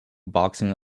boxing